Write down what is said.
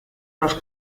los